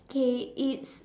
okay it's